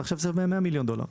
ועכשיו זה מעל 100 מיליון דולר".